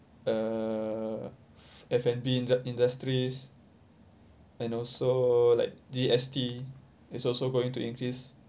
uh F&B in industries and also like G_S_T is also going to increase